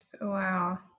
Wow